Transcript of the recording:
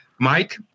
Mike